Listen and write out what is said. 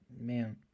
man